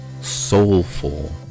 soulful